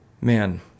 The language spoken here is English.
man